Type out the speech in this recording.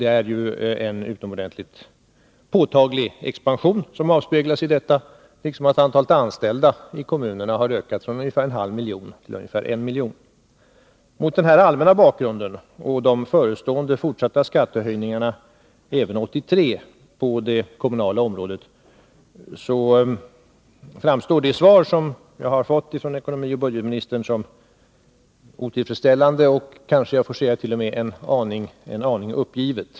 Det är en utomordentligt påtaglig expansion som avspeglas i detta, liksom i att antalet anställda i kommunerna har ökat från ungefär en halv miljon till ca en miljon. Mot denna allmänna bakgrund och med hänsyn till de förestående fortsatta skattehöjningarna på det kommunala området under 1983 framstår det svar som jag har fått från ekonomioch budgetministern som otillfredsställande och kanske t.o.m. en aning uppgivet.